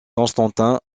constantin